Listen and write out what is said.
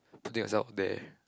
putting yourself there